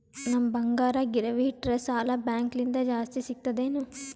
ನಮ್ ಬಂಗಾರ ಗಿರವಿ ಇಟ್ಟರ ಸಾಲ ಬ್ಯಾಂಕ ಲಿಂದ ಜಾಸ್ತಿ ಸಿಗ್ತದಾ ಏನ್?